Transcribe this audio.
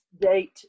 date